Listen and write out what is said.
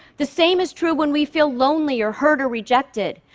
the same is true when we feel lonely or hurt or rejected.